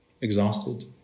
Exhausted